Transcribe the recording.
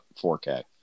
4k